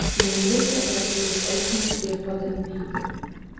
meilutė dar turi edžiui kiek patampyti